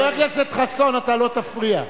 מה אתה עושה היום?